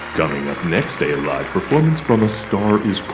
coming up next, a live performance from a star is